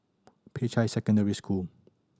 Peicai Secondary School